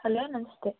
hello ನಮಸ್ತೆ